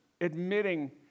admitting